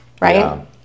right